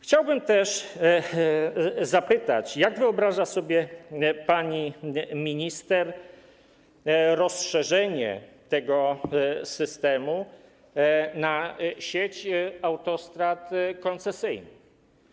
Chciałbym zapytać, jak wyobraża sobie pani minister rozszerzenie tego systemu na sieć autostrad koncesyjnych.